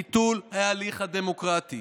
ביטול ההליך הדמוקרטי.